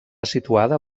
situada